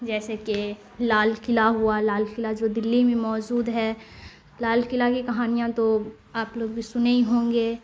جیسے کہ لال قلعہ ہوا لال قلعہ جو دلی میں موجود ہے لال قلعہ کی کہانیاں تو آپ لوگ بھی سنے ہی ہوں گے